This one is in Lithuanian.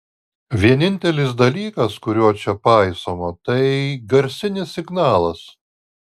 vienintelis dalykas kurio čia paisoma tai garsinis signalas